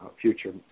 future